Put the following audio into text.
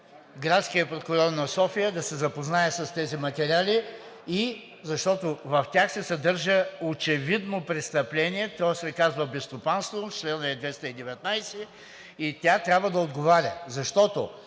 градския прокурор на София да се запознае с тези материали, защото в тях се съдържа очевидно престъпление. То се казва безстопанственост – членът е 219, и тя трябва да отговаря, защото